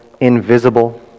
invisible